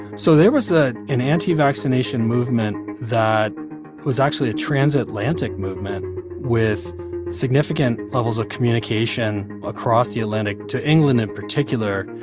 so there was ah an anti-vaccination movement that was actually a trans-atlantic movement with significant levels of communication across the atlantic to england, in particular.